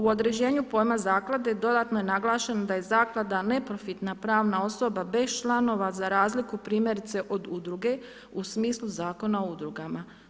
U određenju pojma zaklade dodatno je naglašeno da je zaklada neprofitna pravna osoba bez članova za razliku primjerice od udruge u smislu Zakona o udrugama.